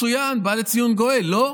מצוין, בא לציון גואל, לא?